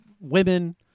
women